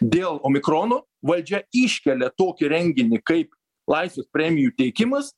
dėl omikrono valdžia iškelia tokį renginį kaip laisvės premijų teikimas